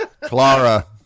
Clara